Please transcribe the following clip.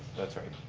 that's right.